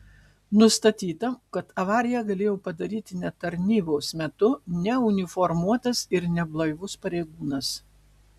nustatyta kad avariją galėjo padaryti ne tarnybos metu neuniformuotas ir neblaivus pareigūnas